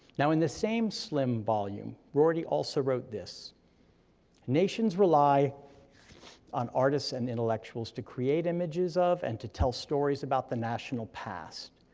now in the same slim volume, rorty also wrote this nations rely on artists and intellectuals to create images of, and to tell stories about the national past.